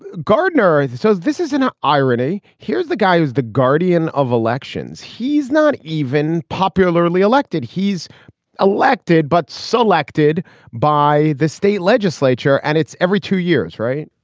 gardner so this is an ah irony. here's the guy who's the guardian of elections. he's not even popularly elected. he's elected, but selected by the state legislature. and it's every two years, right?